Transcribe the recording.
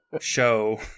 show